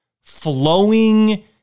flowing